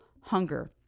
hunger